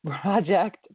Project